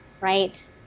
right